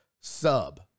sub